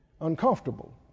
uncomfortable